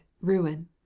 ruin